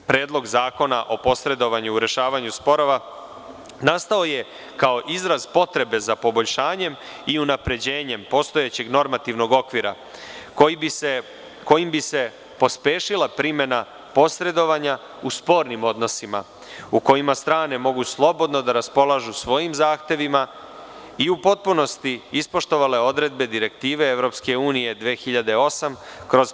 Predlog zakona o posredovanju u rešavanju sporova nastao je kao izraz potrebe za poboljšanjem i unapređenjem postojećeg normativnog okvira, kojim bi se pospešila primena posredovanja u spornim odnosima u kojima strane mogu slobodno da raspolažu svojim zahtevima i u potpunosti ispoštovale odredbe direktive EU 2008/